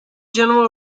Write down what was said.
general